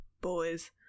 Boys